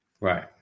Right